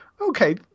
okay